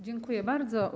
Dziękuję bardzo.